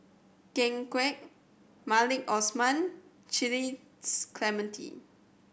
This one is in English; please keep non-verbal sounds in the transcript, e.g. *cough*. Ken Kwek Maliki Osman *unintelligible* Clementi